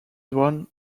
one